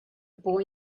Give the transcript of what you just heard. boy